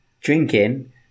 drinking